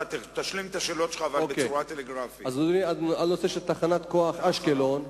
בנושא תחנת כוח אשקלון,